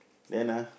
then ah